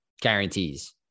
guarantees